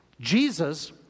Jesus